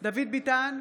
דוד ביטן,